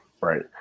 Right